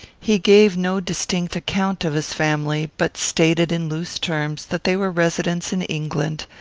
he gave no distinct account of his family, but stated, in loose terms, that they were residents in england,